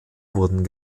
wurden